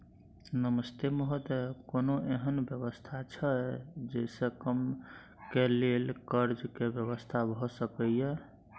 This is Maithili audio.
नमस्ते महोदय, कोनो एहन व्यवस्था छै जे से कम के लेल कर्ज के व्यवस्था भ सके ये?